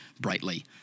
brightly